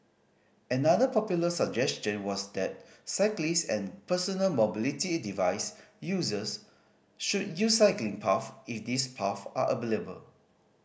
another popular suggestion was that cyclists and personal mobility device users should use cycling paths if these paths are available